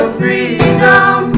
freedom